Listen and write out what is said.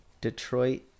Detroit